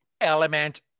element